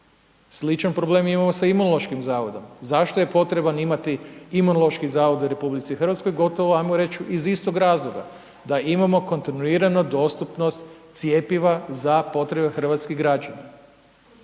Sličan problem imamo sa Imunološkim zavodom. Zašto je potreban imati Imunološki zavod u Republici Hrvatskoj, gotovo ajmo reć' iz istog razloga. Da imamo kontinuirano dostupnost cjepiva za potrebe hrvatskih građana.